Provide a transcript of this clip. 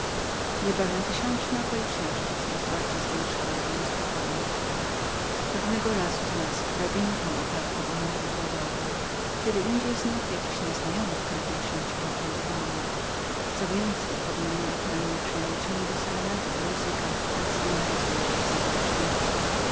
niebawem tysiączne okoliczności coraz bardziej zwiększały jego niespokojność pewnego razu znalazł drabinkę opartą o mur ogrodowy drugi raz jakiś nieznajomy wkradł się cichaczem do domu tymczasem pod mojemi oknami brzmiały ciągłe serenady i muzyka tak znienawidzona przez zazdrośników